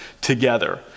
together